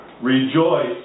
Rejoice